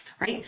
right